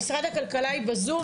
נציגת משרד הכלכלה היא בזום,